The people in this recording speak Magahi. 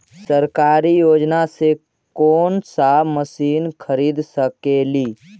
सरकारी योजना से कोन सा मशीन खरीद सकेली?